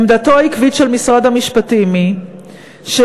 עמדתו העקבית של משרד המשפטים היא שיש